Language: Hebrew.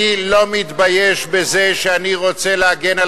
אני לא מתבייש בזה שאני רוצה להגן על